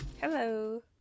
hello